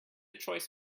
choice